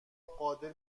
قادر